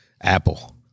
Apple